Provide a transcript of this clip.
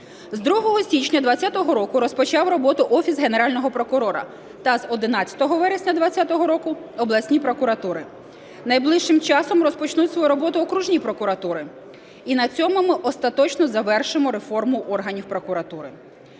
З 2 січня 20-го року розпочав роботу Офіс Генерального прокурора та з 11 вересня 20-го року – обласні прокуратури. Найближчим часом розпочнуть свою роботу окружні прокуратури. І на цьому ми остаточно завершимо реформу органів прокуратури.